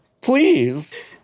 Please